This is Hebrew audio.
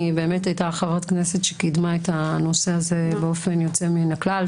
היא באמת הייתה חברת הכנסת שקידמה את הנושא הזה באופן יוצא מן הכלל.